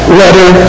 letter